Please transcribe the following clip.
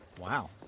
Wow